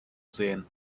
sehen